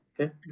Okay